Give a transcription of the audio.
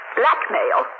blackmail